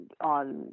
on